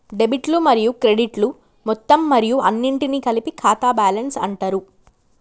డెబిట్లు మరియు క్రెడిట్లు మొత్తం మరియు అన్నింటినీ కలిపి ఖాతా బ్యాలెన్స్ అంటరు